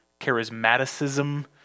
charismaticism